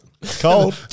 Cold